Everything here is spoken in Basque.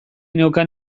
neukan